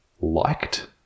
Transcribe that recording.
liked